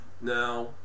Now